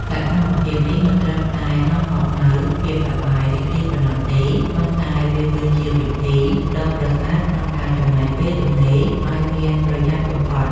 សកម្មភាពនេះមិនត្រឹមតែនាំមកនូវភាពសប្បាយរីករាយប៉ុណ្ណោះទេ ប៉ុន្តែវាក៏ជាវិធីដ៏ប្រសើរក្នុងការចំណាយពេលទំនេរឱ្យមានប្រយោជន៍បំផុត។